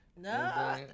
No